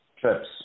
trips